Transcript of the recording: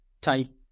type